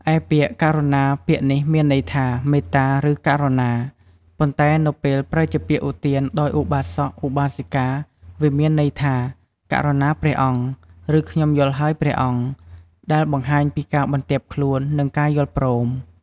ឯពាក្យករុណាពាក្យនេះមានន័យថា "មេត្តា" ឬ "ករុណា" ប៉ុន្តែនៅពេលប្រើជាពាក្យឧទានដោយឧបាសក ឧបាសិកា វាមានន័យថា "ករុណាព្រះអង្គ" ឬ "ខ្ញុំយល់ហើយព្រះអង្គ" ដែលបង្ហាញពីការបន្ទាបខ្លួន និងការយល់ព្រម។